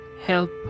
help